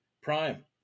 Prime